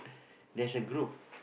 there's a group